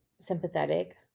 sympathetic